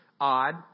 odd